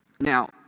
Now